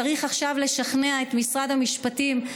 צריך עכשיו לשכנע את משרד המשפטים,